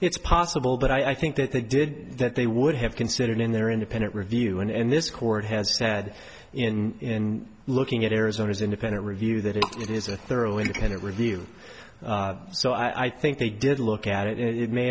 it's possible that i think that they did that they would have considered in their independent review and this court has said in looking at arizona's independent review that it is a thorough independent review so i think they did look at it and it may